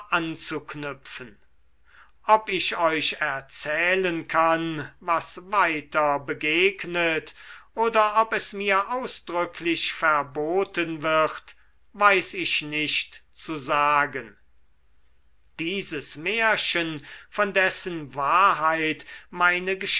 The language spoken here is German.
anzuknüpfen ob ich euch erzählen kann was weiter begegnet oder ob es mir ausdrücklich verboten wird weiß ich nicht zu sagen dieses märchen von dessen wahrheit